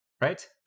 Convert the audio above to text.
Right